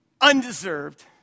undeserved